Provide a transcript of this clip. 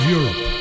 Europe